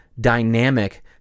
dynamic